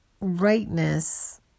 rightness